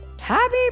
Happy